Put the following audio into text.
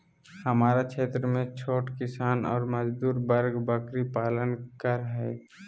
हमरा क्षेत्र में छोट किसान ऑर मजदूर वर्ग बकरी पालन कर हई